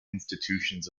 institutions